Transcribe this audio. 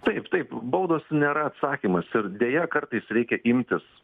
taip taip baudos nėra atsakymas ir deja kartais reikia imtis